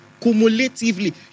cumulatively